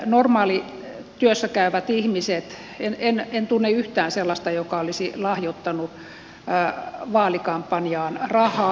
normaali työssäkäyvät ihmiset eivät enää en tunne yhtään sellaista normaalia työssä käyvää ihmistä joka olisi lahjoittanut vaalikampanjaan rahaa